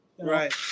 Right